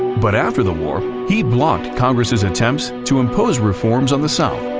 but after the war, he blocked congress's attempts to impose reforms on the south.